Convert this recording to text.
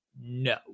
no